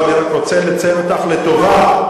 אני רק רוצה לציין אותך לטובה.